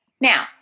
Now